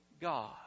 God